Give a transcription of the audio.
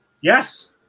Yes